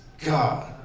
God